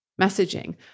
messaging